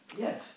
Yes